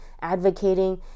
advocating